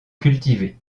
cultivés